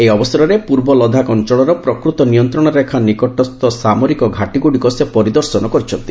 ଏହି ଅବସରରେ ପୂର୍ବ ଲଦାଖ ଅଞ୍ଚଳର ପ୍ରକୃତ ନିୟନ୍ତ୍ରଣ ରେଖା ନିକଟସ୍ଥ ସାମରିକ ଘାଟିଗୁଡ଼ିକ ସେ ପରିଦର୍ଶନ କରିଛନ୍ତି